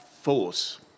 force